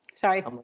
Sorry